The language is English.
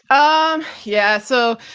um yeah. so,